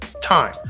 time